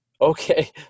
Okay